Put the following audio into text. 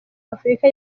afurika